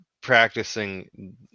practicing